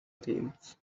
themes